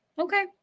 Okay